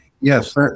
Yes